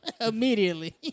immediately